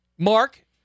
Mark